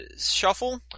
Shuffle